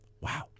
Wow